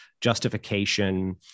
justification